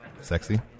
sexy